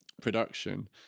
production